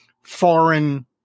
foreign